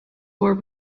were